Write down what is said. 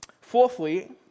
Fourthly